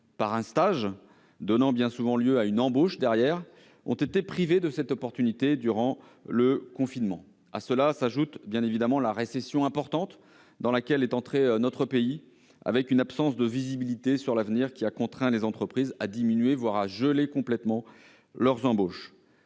par un stage donnant bien souvent lieu à une embauche, ont été privés de cette chance durant le confinement. À cela s'ajoute bien évidemment la récession importante dans laquelle est entré notre pays. L'absence de visibilité quant à l'avenir a contraint les entreprises à diminuer, sinon à geler complètement leurs embauches.